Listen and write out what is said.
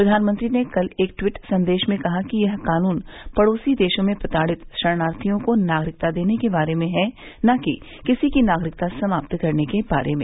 प्रधानमंत्री ने कल एक ट्वीट संदेश में कहा कि यह कानून पड़ोसी देशों में प्रताड़ित शरणार्थियों को नागरिकता देने के बारे में है न कि किसी की नागरिकता समाप्त करने के बारे में